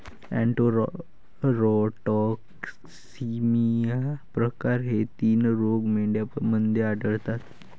enterotoxaemia प्रकार हे तीन रोग मेंढ्यांमध्ये आढळतात